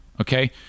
okay